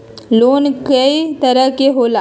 Loan कय तरह के होला?